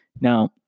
Now